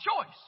choice